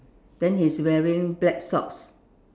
then he's wearing black socks